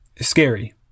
scary